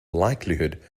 likelihood